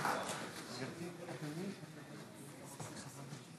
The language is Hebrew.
נא לשבת.